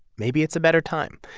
maybe it's a better time.